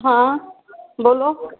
हाँ बोलो